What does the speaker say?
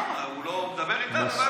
למה, הוא מדבר איתנו, לא הבנתי.